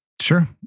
Sure